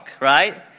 right